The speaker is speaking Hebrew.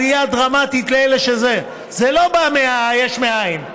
זה לא בא יש מאין.